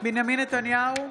בנימין נתניהו,